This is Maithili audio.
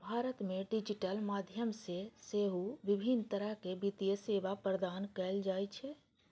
भारत मे डिजिटल माध्यम सं सेहो विभिन्न तरहक वित्तीय सेवा प्रदान कैल जाइ छै